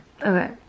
Okay